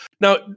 Now